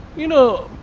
you know,